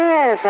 Yes